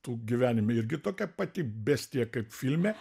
tu gyvenime irgi tokia pati bestija kaip filme